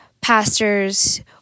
pastors